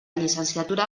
llicenciatura